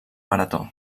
marató